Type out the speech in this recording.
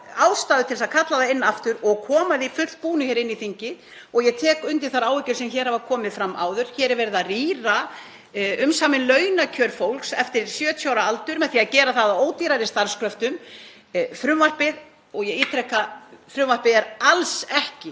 ástæðu til þess að kalla það inn aftur og koma því fullbúnu hér inn í þingið. Ég tek undir þær áhyggjur sem hér hafa komið fram áður. Hér er verið að rýra umsamin launakjör fólks eftir 70 ára aldur með því að gera það að ódýrari starfskröftum. Ég ítreka, frumvarpið er alls ekki